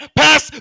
pass